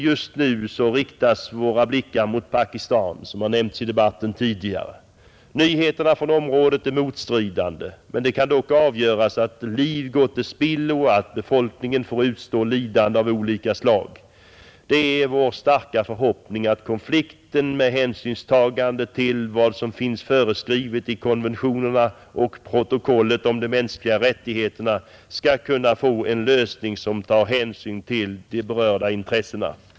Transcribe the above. Just nu riktas våra blickar mot Pakistan, Nyheterna från området är motstridande, men det kan avgöras att liv gått till spillo och att befolkningen får utstå lidanden av olika slag, Det är vår starka förhoppning att konflikten, med hänsynstagande till vad som finns föreskrivet i konventionerna och protokollet om de mänskliga rättigheterna, skall kunna få en lösning som tillgodoser berörda intressen.